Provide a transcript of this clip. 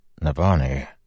Navani